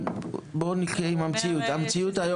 אבל בוא נחיה עם המציאות המציאות היום